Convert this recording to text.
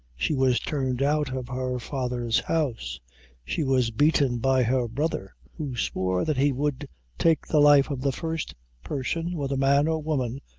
she was turned out of her father's house she was beaten by her brother who swore that he would take the life of the first person, whether man or woman,